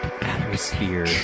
atmosphere